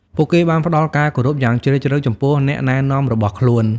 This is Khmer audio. ពួកគេបានផ្តល់ការគោរពយ៉ាងជ្រាលជ្រៅ ចំពោះអ្នកណែនាំរបស់ខ្លួន។